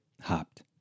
hopped